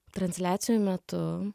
transliacijų metu